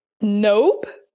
Nope